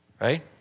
right